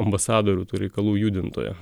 ambasadorių tų reikalų judintoją